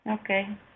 Okay